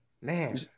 man